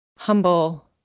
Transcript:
humble